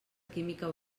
química